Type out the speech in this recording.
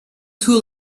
too